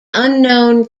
unknown